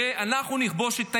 ואנחנו נכבוש את תימן.